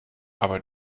aber